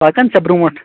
پَکَان چھا برونٛٹھ